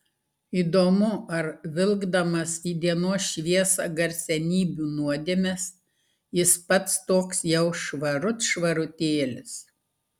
įdomu ar vilkdamas į dienos šviesą garsenybių nuodėmes jis pats toks jau švarut švarutėlis